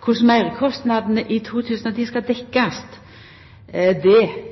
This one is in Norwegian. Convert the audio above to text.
Korleis meirkostnadene i 2010 skal